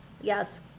yes